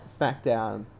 Smackdown